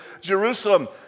Jerusalem